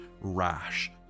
rash